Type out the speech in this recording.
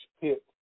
hit